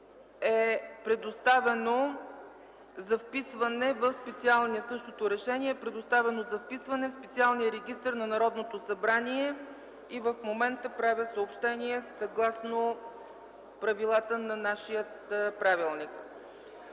Фидосова Искренова.” Същото решение е предоставено за вписване в Специалния регистър на Народното събрание и в момента правя съобщение съгласно правилата на нашия правилник.